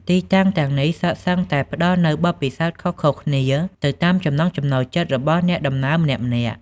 ទីតាំងទាំងនេះសុទ្ធសឹងតែផ្តល់នូវបទពិសោធន៍ខុសៗគ្នាទៅតាមចំណង់ចំណូលចិត្តរបស់អ្នកដំណើរម្នាក់ៗ។